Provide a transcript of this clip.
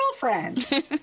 girlfriend